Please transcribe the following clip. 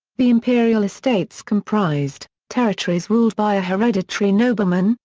the imperial estates comprised territories ruled by a hereditary nobleman,